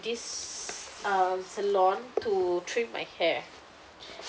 this uh salon to trim my hair